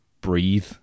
breathe